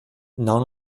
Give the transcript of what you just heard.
non